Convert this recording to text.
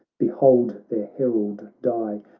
behold their herald die.